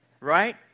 Right